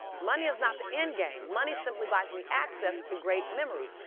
money is not the end game. money simply buys me access to great memories.